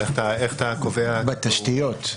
בתשתיות,